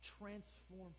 transform